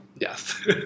Yes